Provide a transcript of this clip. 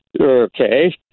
okay